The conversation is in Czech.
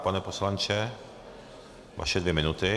Pane poslanče, vaše dvě minuty.